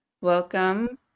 Welcome